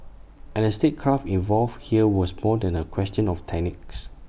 and the statecraft involved here was more than A question of techniques